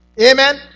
Amen